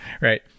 right